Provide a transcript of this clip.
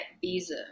Visa